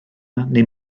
neu